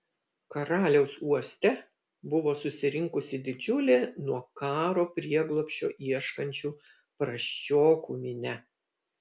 karaliaus uoste buvo susirinkusi didžiulė nuo karo prieglobsčio ieškančių prasčiokų minia